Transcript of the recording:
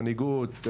מנהיגות,